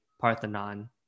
Parthenon